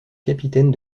capitaine